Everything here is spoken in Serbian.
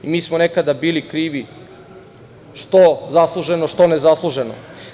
I mi smo nekada bili krivi, što zasluženo, što ne zasluženo.